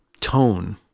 tone